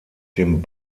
dem